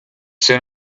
soon